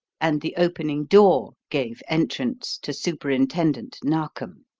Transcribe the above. and the opening door gave entrance to superintendent narkom.